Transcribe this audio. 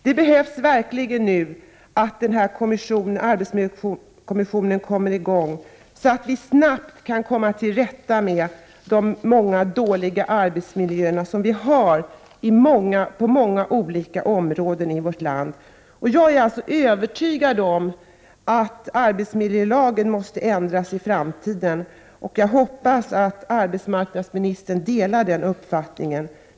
Det behövs verkligen att den här kommissionen kommer i gång, så att vi snabbt kan komma till rätta med de många dåliga arbetsmiljöer som finns på olika områden i vårt land. Jag är övertygad om att arbetsmiljölagen måste ändras i framtiden, och jag hoppas att arbetsmarknadsministern delar den uppfattningen.